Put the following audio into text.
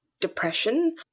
depression